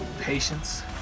patience